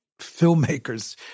filmmakers